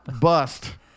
bust